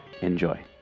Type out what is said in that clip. enjoy